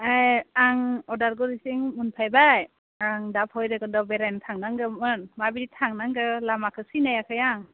ओइ आं उदालगुरिसिम मोनफायबाय आं दा भैरबकुन्दआव बेरायनो थांनांगोमोन माबायदि थांनांगो लामाखो सिनायाखै आं